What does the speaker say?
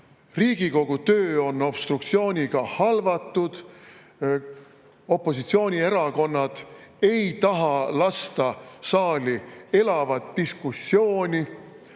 Riigikogu töö on obstruktsiooniga halvatud, opositsioonierakonnad ei taha lasta saali elavat diskussiooni.